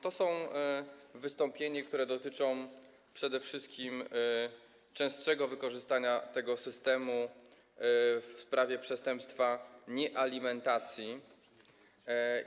To są wystąpienia, które dotyczą przede wszystkim częstszego wykorzystania tego systemu w sprawie przestępstwa niealimentacji.